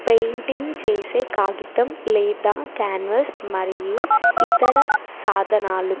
painting చేసే కాగితం లేదా కాన్వాస్ మరియు ఇతర సాధనాలు